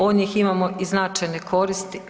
Od njih imamo i značajne koristi.